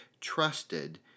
trusted